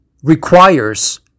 requires